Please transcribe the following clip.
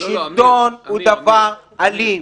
-- שלטון הוא דבר אלים,